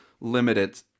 limited